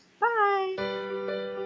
Bye